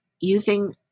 using